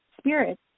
spirits